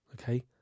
okay